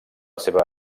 seva